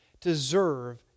deserve